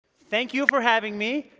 thank you for having me.